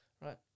right